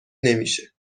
نمیشه